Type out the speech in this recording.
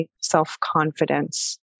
self-confidence